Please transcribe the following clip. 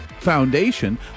foundation